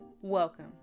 welcome